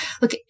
look